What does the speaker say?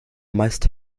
meist